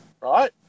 right